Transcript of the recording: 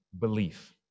belief